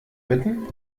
bitten